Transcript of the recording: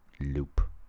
loop